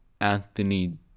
anthony